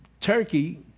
Turkey